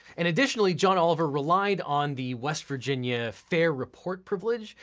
and additionally, john oliver relied on the west virginia fair report privilege,